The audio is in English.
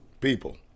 People